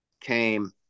came